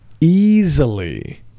easily